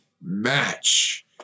match